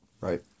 right